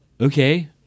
okay